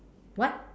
what